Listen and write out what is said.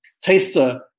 taster